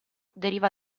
deriva